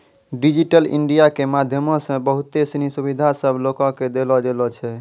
digital India के माध्यमो से बहुते सिनी सुविधा सभ लोको के देलो गेलो छै